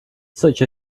such